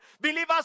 believers